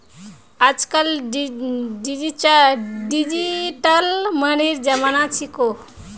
आजकल डिजिटल मनीर जमाना छिको